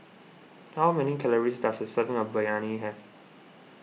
how many calories does a serving of Biryani have